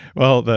well, but